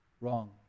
Wrong